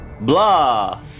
blah